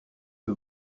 que